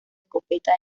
escopeta